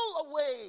away